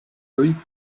loïc